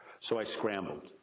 so i scrambled.